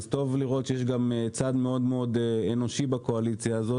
אז טוב לראות שיש גם צד מאוד אנושי בקואליציה הזאת